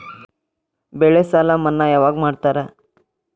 ಬೆಳೆ ಸಾಲ ಮನ್ನಾ ಯಾವಾಗ್ ಮಾಡ್ತಾರಾ?